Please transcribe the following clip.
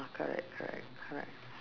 correct correct correct